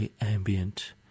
Ambient